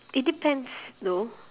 it depends though